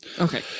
Okay